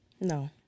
No